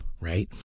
right